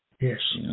Yes